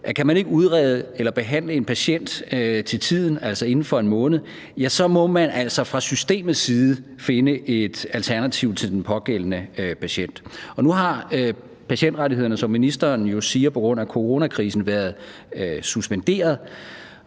udrede eller behandle en patient til tiden, altså inden for 1 måned, må man altså fra systemets side finde et alternativ til den pågældende patient. Nu har patientrettighederne, som ministeren siger, jo været suspenderet